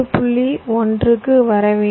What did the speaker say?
1 க்கு வர வேண்டும்